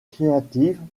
créative